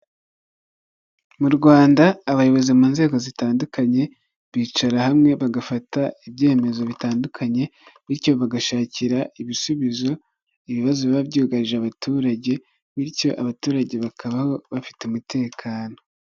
Inzu nini y'ubwishingizi bwa u a pa ku ruhande hari amasikariye maremare, cyane inzu nini umuntu ugiye kwinjiramo bisa nkaho ikorwa ubwishingizi.